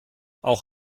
auch